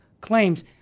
claims